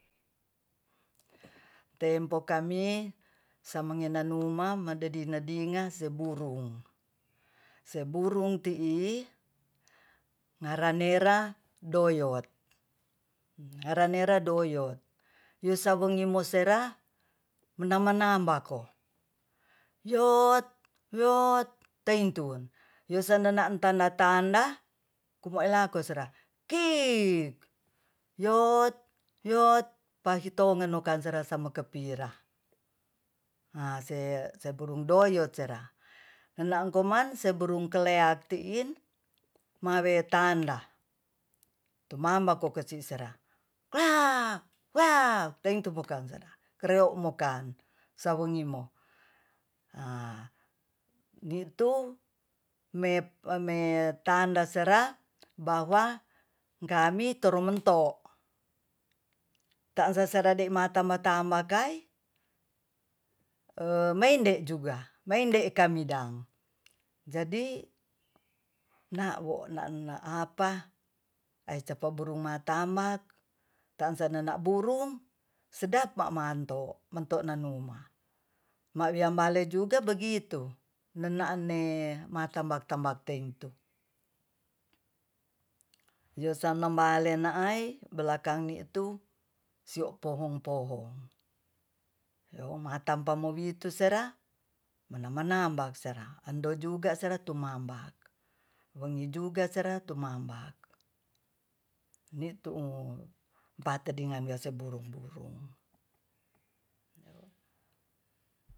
Tempo kami samengenanuma madedi nadinga seburung seburung tii ngaranera doyot- pwusawongi mosera munamba-namba ko yot-yot teingtun yosenenaan tanda-tanda kumuoalko sera kii yot-yot pahitongenokansarasamokepira a sebelum doyot sera nanaan koman seburung kleak tiin mawetanda tumambakonesi sera wa-wa tengtu pukaw sera kreok mokaan sawengimo a nitu me metanda sera bahwa kami turomonto taansa saradei matmba-tamba kai meinde juga meinde kami dang jadi na'wo naanlaapa aicapa burumatama taansana burung sedap mamanto manto nanuma ma wiam bale juga begitu nanaane matambak-tambak tengtu yu sana bale naai belakangnetu sio pohong-pohong yoma tampa mowitu sera mana-manambak sera ando juga sera tu mambak wengi juga sera tu mambak ni tu pa'tedingan nase burung-burung